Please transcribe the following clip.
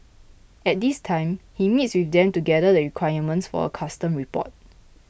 at this time he meets with them to gather the requirements for a custom report